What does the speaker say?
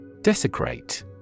Desecrate